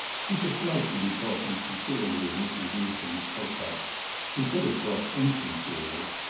he disliked to be talking sincerely of mrs. newsome with pocock he could have talked insincerely.